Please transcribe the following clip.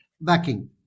backing